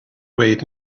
wait